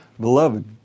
Beloved